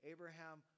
Abraham